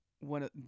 one